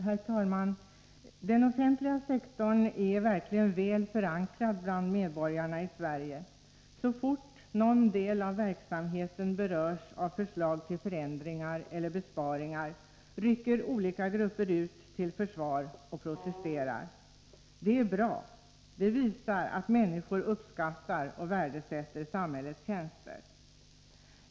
Herr talman! Den offentliga sektorn är verkligen väl förankrad bland medborgarna i Sverige. Så fort någon del av verksamheten berörs av förslag till förändringar eller besparingar, rycker olika grupper ut till försvar och protesterar. Det är bra. Det visar att människor uppskattar och värdesätter samhällets tjänster.